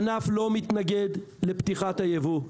הענף לא מתנגד לפתיחת הייבוא,